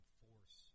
force